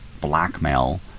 blackmail